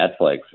Netflix